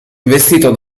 investito